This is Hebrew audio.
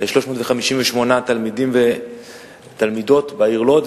ל-358 תלמידים ותלמידות בעיר לוד,